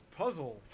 puzzle